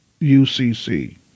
UCC